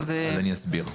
אני אסביר.